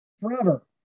forever